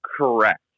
correct